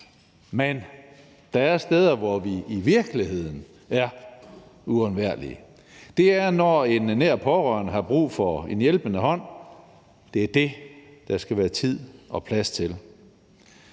Men der er steder, hvor vi i virkeligheden er uundværlige. Det er, når en nær pårørende har brug for en hjælpende hånd. Det er det, der skal være tid og plads til.